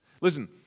Listen